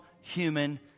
human